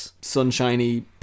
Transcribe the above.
sunshiny